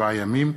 ב-"7 ימים",